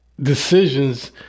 decisions